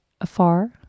afar